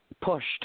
pushed